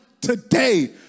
today